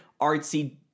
artsy